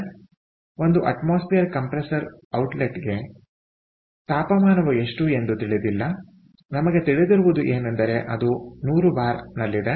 ಆದ್ದರಿಂದ ಒಂದು atmosphere compressor ಔಟ್ಲೆಟ್ಗೆ ತಾಪಮಾನವು ಎಷ್ಟು ಎಂದು ತಿಳಿದಿಲ್ಲ ನಮಗೆ ತಿಳಿದಿರುವುದು ಏನಂದರೆ ಅದು 100 ಬಾರ್ನಲ್ಲಿದೆ